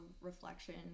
reflection